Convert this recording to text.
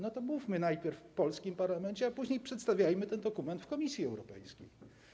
No to mówmy najpierw w polskim parlamencie, a później przedstawiajmy ten dokument Komisji Europejskiej.